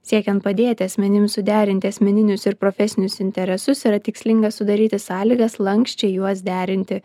siekiant padėti asmenims suderinti asmeninius ir profesinius interesus yra tikslinga sudaryti sąlygas lanksčiai juos derinti